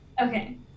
Okay